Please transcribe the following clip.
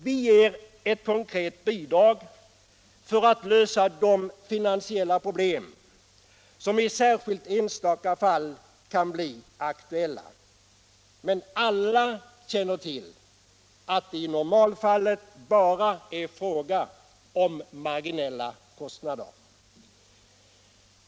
Vi ger ett konkret bidrag för att lösa de finansiella problem som särskilt i enstaka fall kan bli aktuella. Men alla känner till att det i normalfallet bara är fråga om marginella kostnader.